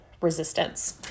resistance